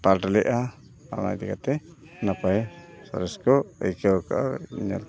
ᱯᱟᱴ ᱞᱮᱜᱼᱟ ᱚᱱᱟ ᱤᱫᱤ ᱠᱟᱛᱮᱫ ᱱᱟᱯᱟᱭ ᱨᱟᱹᱥᱠᱟᱹ ᱟᱹᱭᱠᱟᱹᱣ ᱠᱟᱜᱼᱟ ᱧᱮᱞ